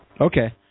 Okay